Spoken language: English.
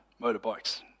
motorbikes